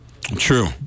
True